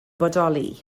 bodoli